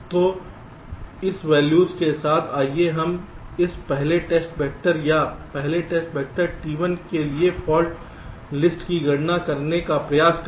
तो इस वैल्यूज के साथ आइए हम इस पहले टेस्ट वेक्टर या पहले टेस्ट वेक्टर T1 के लिए फाल्ट लिस्ट की गणना करने का प्रयास करें